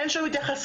אין שום התייחסות.